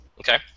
Okay